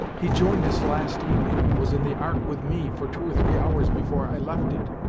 he joined us last evening, and was in the ark with me, for two or three hours before i left it.